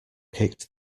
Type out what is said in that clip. kicked